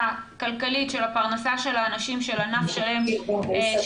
הכלכלית של הפרנסה של האנשים של ענף שלם שנפגע,